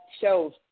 shows